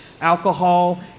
alcohol